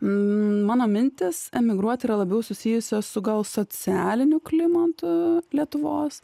mano mintis emigruoti yra labiau susijusi su gal socialiniu klimatu lietuvos